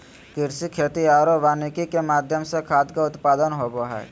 कृषि, खेती आरो वानिकी के माध्यम से खाद्य के उत्पादन होबो हइ